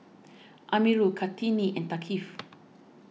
Amirul Kartini and Thaqif